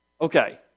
Okay